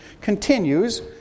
continues